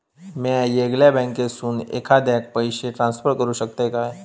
म्या येगल्या बँकेसून एखाद्याक पयशे ट्रान्सफर करू शकतय काय?